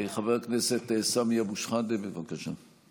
חבר הכנסת סמי אבו שחאדה, בבקשה.